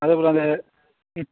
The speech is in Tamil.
அதேப் போல அந்த ம்